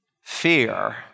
Fear